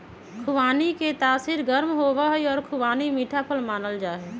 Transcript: खुबानी के तासीर गर्म होबा हई और खुबानी मीठा फल मानल जाहई